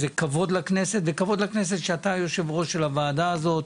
זה כבוד לכנסת שאתה היושב-ראש של הוועדה הזאת.